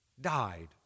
died